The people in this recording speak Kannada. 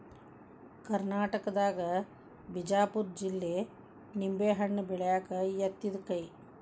ಕರ್ನಾಟಕದಾಗ ಬಿಜಾಪುರ ಜಿಲ್ಲೆ ನಿಂಬೆಹಣ್ಣ ಬೆಳ್ಯಾಕ ಯತ್ತಿದ ಕೈ